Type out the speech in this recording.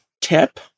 tip